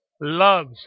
loves